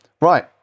Right